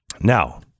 Now